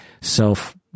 self